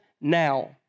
now